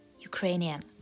Ukrainian